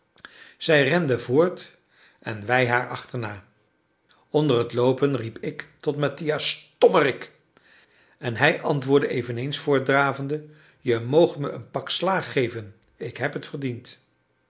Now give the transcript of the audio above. zij rende voort en wij haar achterna onder het loopen riep ik tot mattia stommerik en hij antwoordde eveneens voortdravende je moogt me een pak slaag geven ik heb het verdiend